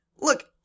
look